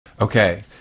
Okay